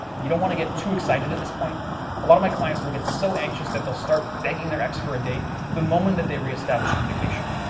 you don't want to get too excited at this point a lot of my clients will get so anxious that they'll start begging their ex for a date the moment that they establish communication.